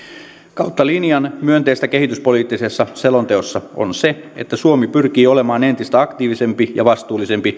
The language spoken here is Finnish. kautta linjan myönteistä kehityspoliittisessa selonteossa on se että suomi pyrkii olemaan entistä aktiivisempi ja vastuullisempi